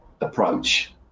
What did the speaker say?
approach